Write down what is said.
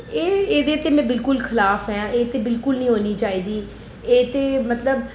एह् एह्दे ते में बड़ी खलाफ ऐ एह् ते बिल्कुल नेईं होनी चाहिदी एह् ते मतलब